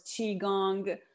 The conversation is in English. qigong